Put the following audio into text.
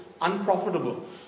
unprofitable